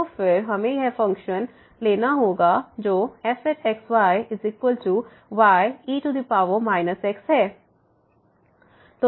तो फिर हमें यह फ़ंक्शन लेना होगा जो fx yye x है